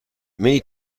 many